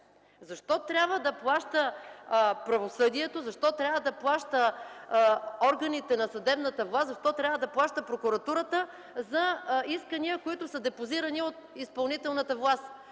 защо трябва да плаща правосъдието, защо трябва да плащат органите на съдебната власт, защо трябва да плаща прокуратурата за искания, които са депозирани от изпълнителната власт?